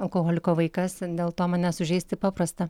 alkoholiko vaikas dėl to mane sužeisti paprasta